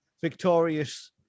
victorious